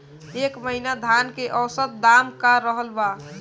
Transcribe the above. एह महीना धान के औसत दाम का रहल बा?